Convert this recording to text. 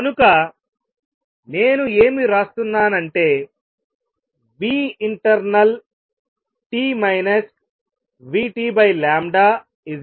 కనుక నేను ఏమి వ్రాస్తున్నాను అంటే internalt vt clockt